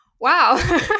wow